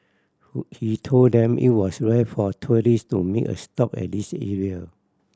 who he told them it was rare for tourist to make a stop at this area